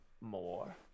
more